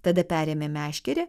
tada perėmė meškerę